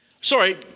Sorry